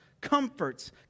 comforts